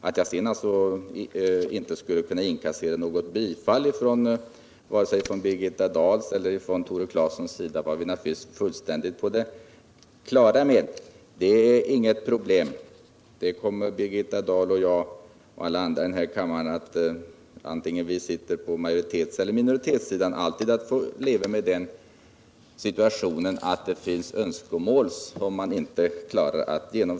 Att jag inte skulle inkassera något bifall vare sig från Birgitta Dahl eller Tore Claeson var jag naturligtvis fullständigt på det klara med. Oavsett om vi befinner oss på majoritetseller minoritetssidan får vi leva med att det finns önskemål som inte kan uppfyllas.